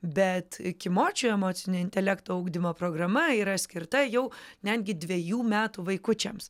bet kimočių emocinio intelekto ugdymo programa yra skirta jau netgi dvejų metų vaikučiams